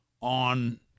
on